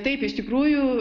taip iš tikrųjų